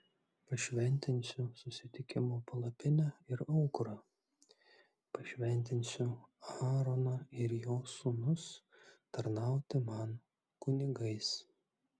pašventinsiu susitikimo palapinę ir aukurą pašventinsiu aaroną ir jo sūnus tarnauti man kunigais